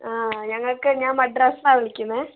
ആ ഞങ്ങൾക്ക് ഞാൻ മദ്രാസ് എന്നാണ് വിളിക്കുന്നത്